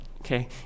okay